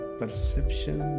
perception